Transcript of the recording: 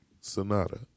sonata